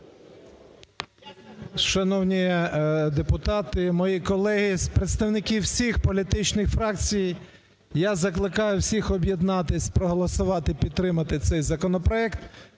Шановні депутати, мої колеги з представників всіх політичних фракцій, я закликаю всіх об'єднатись, проголосувати і підтримати цей законопроект,